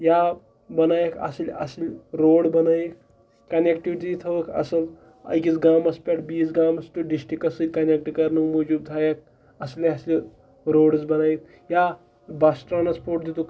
یا بَنٲیکھ اَصٕل اَصٕل روڈ بَنٲیِکھ کَنٮ۪کٹِوِٹی تہِ تھٲوَکھ اَصٕل أکِس گامَس پٮ۪ٹھ بیٚیِس گامَس ٹُو ڈِسٹِکَس سۭتۍ کَنٮ۪کٹہٕ کَرنُک موٗجوٗب تھایَکھ اَصلہِ اَصلہِ روڈٕس بَنٲیِتھ یا بَس ٹرٛانَسپوٹ دِتُکھ